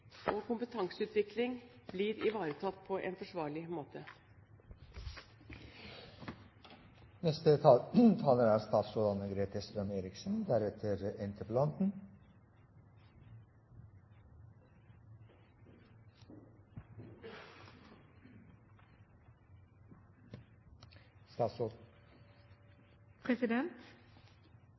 og kompetanseutvikling, blir ivaretatt på en forsvarlig måte.